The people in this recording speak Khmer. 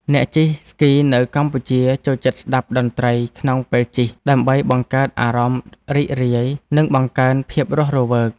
អ្នកជិះស្គីនៅកម្ពុជាចូលចិត្តស្ដាប់តន្ត្រីក្នុងពេលជិះ ដើម្បីបង្កើតអារម្មណ៍រីករាយ និងបង្កើនភាពរស់រវើក។